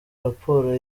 raporo